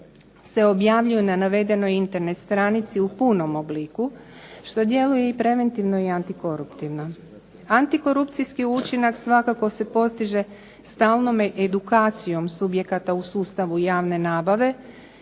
se objavljuju na navedenoj Internet stranici u punom obliku što djeluje i preventivno i antikoruptivno. Antikorupcijski učinak svakako se postiže stalnom edukacijom subjekata u sustavu javne nabave.